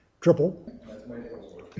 triple